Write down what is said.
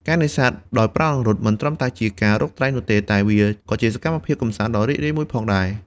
ការនេសាទដោយប្រើអង្រុត មិនត្រឹមតែជាការរកត្រីនោះទេ តែវាក៏ជាសកម្មភាពកម្សាន្តដ៏រីករាយមួយផងដែរ។